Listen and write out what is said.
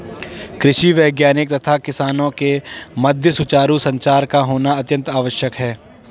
कृषि वैज्ञानिक तथा किसानों के मध्य सुचारू संचार का होना अत्यंत आवश्यक है